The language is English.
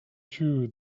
two